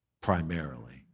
primarily